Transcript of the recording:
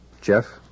Jeff